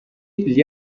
gli